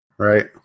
Right